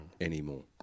anymore